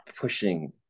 pushing